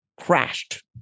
crashed